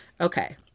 Okay